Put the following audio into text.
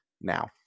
now